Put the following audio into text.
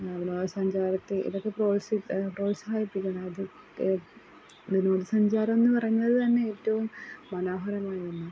വിനോദ സഞ്ചാരത്തെ ഇതൊക്കെ പ്രോൽസി പ്രോത്സാഹിപ്പിക്കണം ഇത് വിനോദ സഞ്ചാരം എന്ന് പറയുന്നത് തന്നെ ഏറ്റോം മനോഹരമായ ഒന്നാണ്